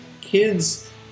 kids